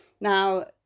Now